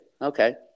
Okay